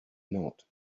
not